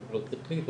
מוגבלות שכלית,